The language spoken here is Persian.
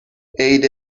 عید